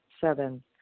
Seven